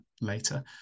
later